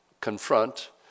confront